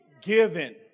given